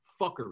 fuckery